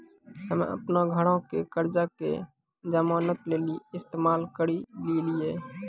हम्मे अपनो घरो के कर्जा के जमानत लेली इस्तेमाल करि लेलियै